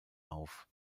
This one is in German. auf